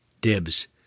dibs